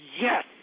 yes